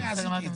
אני אמרתי אתמול,